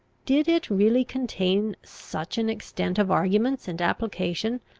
did it really contain such an extent of arguments and application,